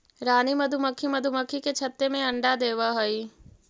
रानी मधुमक्खी मधुमक्खी के छत्ते में अंडा देवअ हई